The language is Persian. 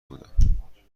بودم